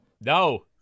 no